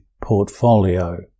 portfolio